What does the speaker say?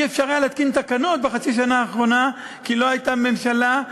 לא היה אפשר להתקין תקנות בחצי השנה האחרונה כי לא הייתה ממשלה,